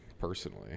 personally